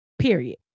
period